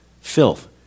filth